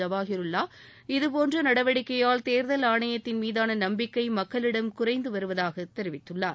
ஜவாஹிருல்லா இதுபோன்ற நடவடிக்கையால் தேர்தல் ஆணையத்தின்மீதான நம்பிக்கை மக்களிடம் குறைந்து வருவதாக தெரிவித்துள்ளார்